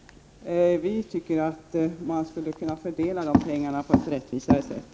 Vi tycker att man skulle kunna fördela de pengarna på ett mer rättvist sätt.